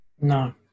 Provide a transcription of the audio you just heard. No